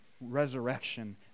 resurrection